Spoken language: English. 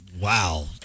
wow